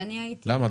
למה?